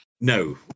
No